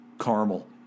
caramel